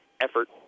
effort